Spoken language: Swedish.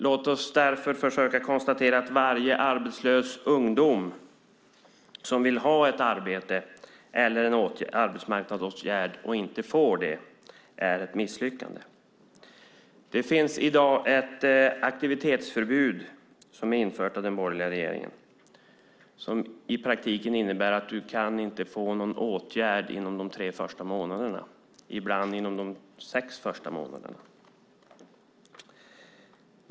Låt oss i stället konstatera att varje gång en arbetslös ungdom vill ha ett arbete eller en arbetsmarknadsåtgärd och inte får det är det ett misslyckande. Det finns i dag ett aktivitetsförbud som införts av den borgerliga regeringen. I praktiken innebär det att man inte får någon åtgärd under de tre första månaderna och ibland under de sex första månaderna.